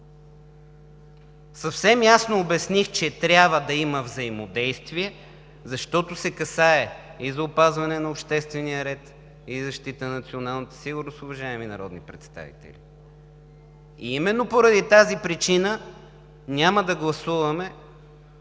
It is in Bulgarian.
Съвсем ясно обясних, че трябва да има взаимодействие, защото се касае и за опазване на обществения ред, и за защита на националната сигурност, уважаеми народни представители. Именно поради тази причина няма да гласуваме